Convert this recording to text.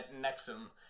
Nexum